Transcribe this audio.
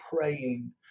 praying